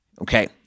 Okay